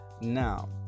now